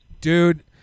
dude